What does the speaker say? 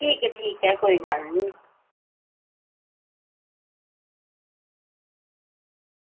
ठीक ऐ ठीक ऐ कोई गल्ल निं